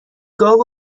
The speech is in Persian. گاو